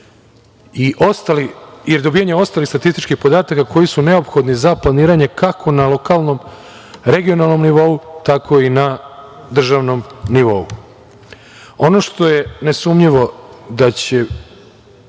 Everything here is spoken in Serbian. i dobijanje ostalih statističkih podataka koji su neophodni za planiranje kako na lokalnom, regionalnom nivou, tako i na državnom nivou. Ono što je nesumnjivo da će